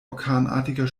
orkanartiger